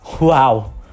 Wow